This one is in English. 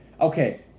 Okay